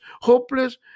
hopeless